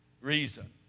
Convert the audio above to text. reason